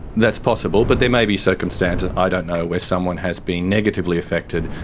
that's possible but there may be circumstances i don't know where someone has been negatively affected,